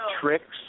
tricks